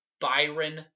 Byron